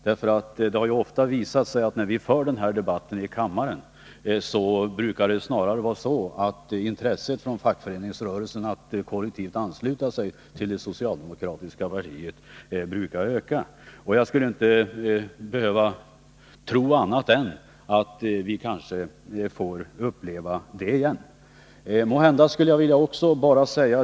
Det har nämligen ofta visat sig att när vi för en sådan här debatt i kammaren brukar intresset från fackföreningarna att kollektivansluta sig till det socialdemokratiska partiet snarare öka. Och jag tror att vi kanske får uppleva det igen.